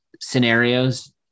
scenarios